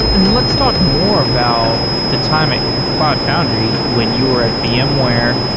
and let's talk more about the time at cloud foundry when you were at vmware.